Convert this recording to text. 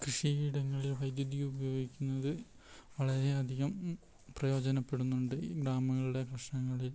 കൃഷി ഇടങ്ങളിൽ വൈദ്യുതി ഉപയോഗിക്കുന്നത് വളരെയധികം പ്രയോജനപ്പെടുന്നുണ്ട് ഗ്രാമങ്ങളുടെ പ്രശ്നങ്ങളിൽ